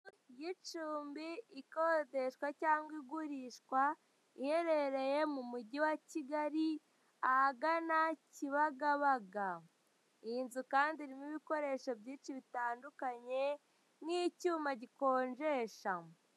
Y'icumbi ikodeshwa cyangwa igurishwa, iherereye mu mugi wa Kigali ahagana Kibagabaga, iyi nzu kandi irimo ibikoresho byinshi bitandukanye, nk'icyuma gikonjesha.